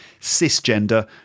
cisgender